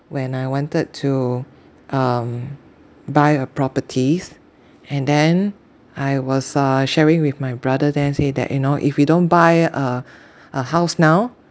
when I wanted to um buy a properties and then I was uh sharing with my brother then I say that you know if you don't buy a a house now